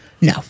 No